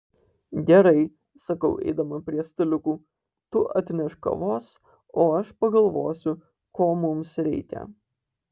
gerai sakau eidama prie staliukų tu atnešk kavos o aš pagalvosiu ko mums reikia